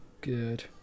Good